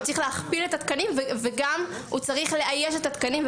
הוא צריך להכפיל את התקנים וגם הוא צריך לאייש את התקנים.